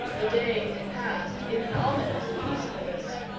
the day had passed in an ominous peacefulness.